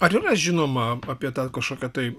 ar yra žinoma apie tą kažkokią tai